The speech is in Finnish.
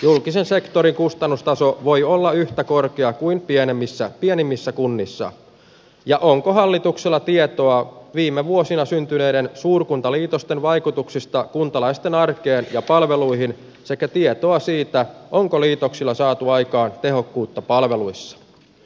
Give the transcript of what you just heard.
julkisen sektorin kustannustasoa voi olla yhtä korkea kuin pienemmissä pienimmissä kunnissa ja onko hallituksella tietoa viime vuosina syntyneiden suur kuntaliitosten vaikutuksista kuntalaisten arkea ja palveluihin sekä tietoa siitä onko liitoksilla saatu aikaan esittämistä varten